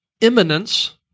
imminence